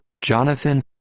Jonathan